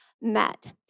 met